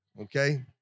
okay